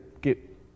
get